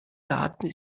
daten